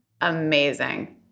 Amazing